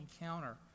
encounter